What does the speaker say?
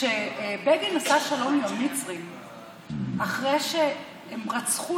כשבגין עשה שלום עם המצרים אחרי שהם רצחו